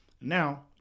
Now